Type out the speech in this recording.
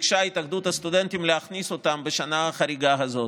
ביקשה התאחדות הסטודנטים להכניס אותם בשנה החריגה הזאת.